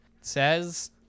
says